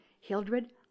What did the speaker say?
Hildred